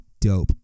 dope